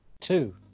Two